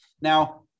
Now